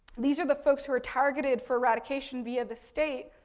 these are the folks who are targeted for eradication via the state.